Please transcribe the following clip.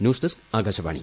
news desk Akashvani